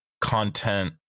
content